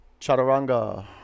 Chaturanga